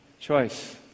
choice